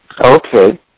Okay